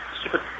Stupid